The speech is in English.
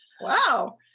Wow